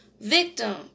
victim